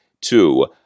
two